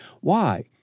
Why